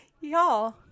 y'all